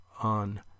on